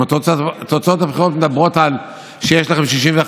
אם תוצאות הבחירות מדברות על כך שיש לכם 61,